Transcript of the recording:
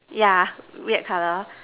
yeah weird colour